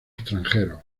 extranjeros